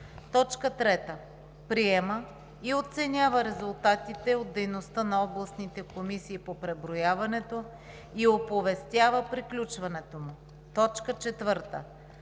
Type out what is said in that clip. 3. приема и оценява резултатите от дейността на областните комисии по преброяването и оповестява приключването му; 4.